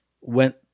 went